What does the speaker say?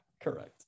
correct